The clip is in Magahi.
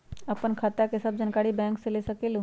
आपन खाता के सब जानकारी बैंक से ले सकेलु?